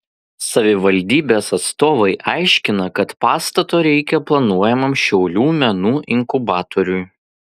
savivaldybės atstovai aiškina kad pastato reikia planuojamam šiaulių menų inkubatoriui